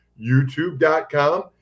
youtube.com